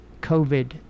covid